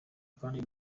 kandi